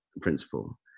principle